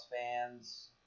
fans